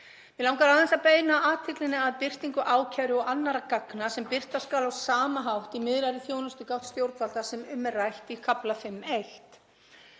Mig langar aðeins að beina athyglinni að birtingu ákæru og annarra gagna sem birta skal á sama hátt í miðlægri þjónustugátt stjórnvalda sem um er rætt í kafla 5.1.